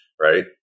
right